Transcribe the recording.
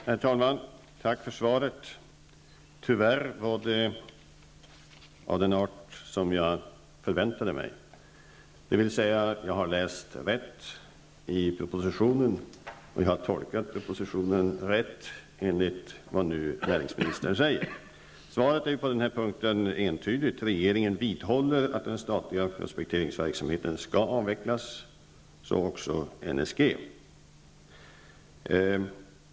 Herr talman! Tack för svaret. Tyvärr var det av den art som jag förväntade mig, dvs. jag har tolkat propositionen rätt enligt vad näringsministern nu säger. Svaret är på denna punkt entydigt. Regeringen vidhåller att den statliga prospekteringsverksamheten skall avveckas, och så också NSG.